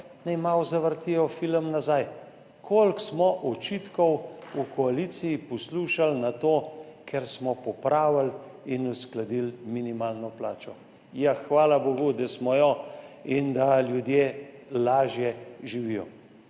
naj malo zavrtijo film nazaj – koliko očitkov smo v koaliciji poslušali glede tega, ker smo popravili in uskladili minimalno plačo. Ja, hvala bogu, da smo jo in da ljudje lažje živijo.